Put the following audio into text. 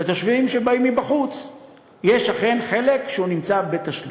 לתושבים שבאים מבחוץ יש, אכן, חלק שהוא בתשלום.